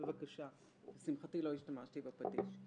לשמחתי, לא השתמשתי בפטיש.